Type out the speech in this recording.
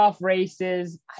races